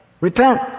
Repent